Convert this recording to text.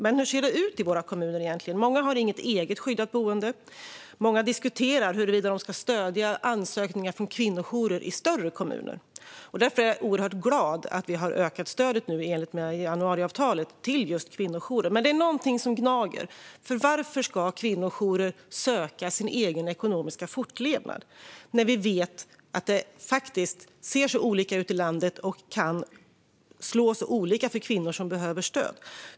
Men hur ser det egentligen ut i våra kommuner? Många har inget eget skyddat boende. Många diskuterar huruvida de ska stödja ansökningar från kvinnojourer i större kommuner. Därför är jag oerhört glad över att vi har ökat stödet i enlighet med januariavtalet till just kvinnojourer. Men det är någonting som gnager, för varför ska kvinnojourer söka sin egen ekonomiska fortlevnad när vi vet att det faktiskt ser så olika ut i landet och kan slå så olika för kvinnor som behöver stöd?